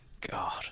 God